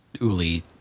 Uli